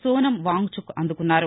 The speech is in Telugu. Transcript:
సోనమ్ వాంగ్చుక్ అందుకున్నారు